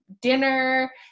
dinner